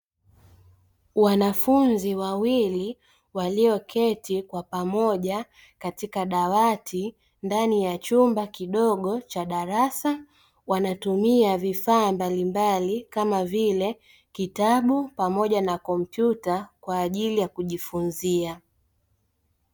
Wanafunzi wawili walioketi kwa pamoja katika dawati ndani ya chumba kidogo cha darasa, wanatumia vifaa mbalimbali kama vile kitabu pamoja na kompyuta kwa ajili ya kujifunza.